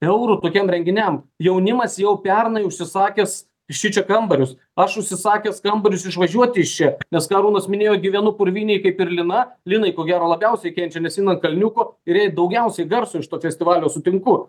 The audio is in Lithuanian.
eurų tokiem renginiam jaunimas jau pernai užsisakęs šičia kambarius aš užsisakęs kambarius išvažiuoti iš čia nes ką arūnas minėjo gyvenu purvynėj kaip ir lina linai ko gero labiausiai kenčia ji nuo kalniuko ir jai daugiausiai garso iš to festivalio sutinku